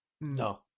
no